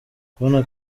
kubona